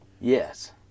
yes